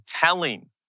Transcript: telling